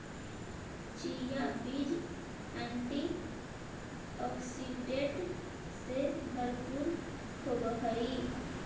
chia बीज antioxidant से भरपूर होवअ हई